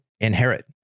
inherit